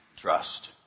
trust